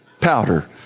powder